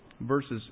verses